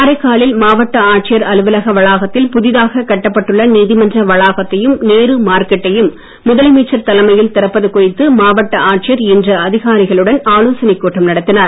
காரைக்காலில் மாவட்ட ஆட்சியர் அலுவலக வளாகத்தில் புதிதாகக் கட்டப்பட்டுள்ள நீதிமன்ற வளாகத்தையும் நேரு மார்க்கெட்டையும் முதலமைச்சர் தலைமையில் திறப்பது குறித்து மாவட்ட ஆட்சியர் இன்று அதிகாரிகளுடன் ஆலோசனைக் கூட்டம் நடத்தினார்